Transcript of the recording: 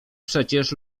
przecież